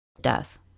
Death